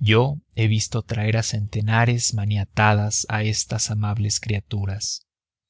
yo he visto traer a centenares maniatadas a estas amables criaturas